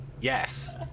Yes